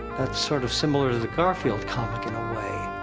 that's sort of similar to the garfield comic, in a way.